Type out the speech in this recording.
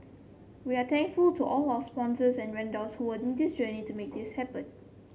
we are thankful to all our sponsors and vendors who were in this journey to make this happen